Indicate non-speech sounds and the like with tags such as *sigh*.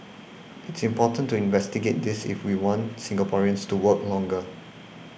*noise* it's important to investigate this if we want Singaporeans to work longer